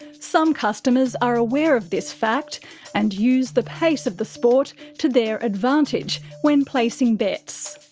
some customers are aware of this fact and use the pace of the sport to their advantage when placing bets.